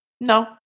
No